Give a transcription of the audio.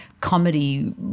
comedy